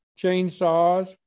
chainsaws